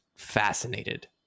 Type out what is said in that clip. Fascinated